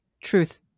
truth